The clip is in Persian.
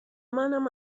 منم